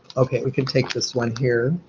okay, we can take this one here.